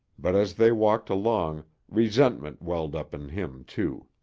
but as they walked along, resentment welled up in him, too.